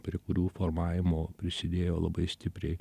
prie kurių formavimo prisidėjo labai stipriai